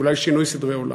אולי שינוי סדרי עולם.